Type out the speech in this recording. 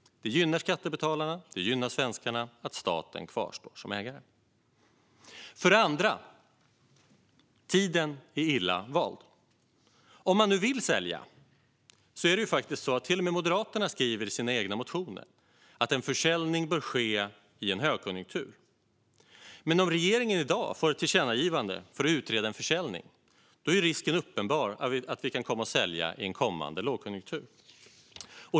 Det gynnar skattebetalarna, det gynnar svenskarna, att staten kvarstår som ägare. För det andra är tiden illa vald om man nu vill sälja. Till och med Moderaterna skriver i sina egna motioner att en försäljning bör ske i en högkonjunktur, men om regeringen i dag får ett tillkännagivande om att utreda en försäljning är risken uppenbar att vi kan komma att sälja i en kommande lågkonjunktur.